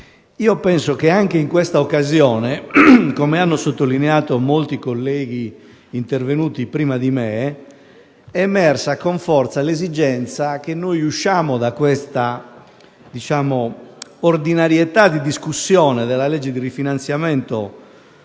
penso che anche in questa occasione, come hanno sottolineato molti colleghi intervenuti prima di me, sia emersa con forza l'esigenza che noi usciamo da questa ordinarietà di discussione del disegno di legge volto